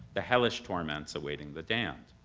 the hellish torments awaiting the damned.